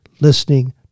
listening